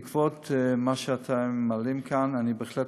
בעקבות מה שאתם מעלים כאן אני בהחלט